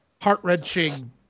heart-wrenching